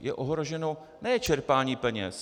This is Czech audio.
Je ohroženo ne čerpání peněz.